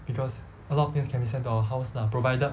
because a lot of things can be sent to our house lah provided